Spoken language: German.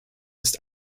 ist